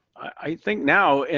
i think now, and